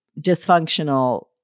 dysfunctional